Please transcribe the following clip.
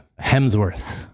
Hemsworth